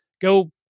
go